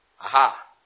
aha